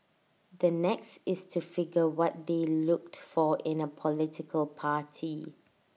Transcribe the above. the next is to figure what they looked for in A political party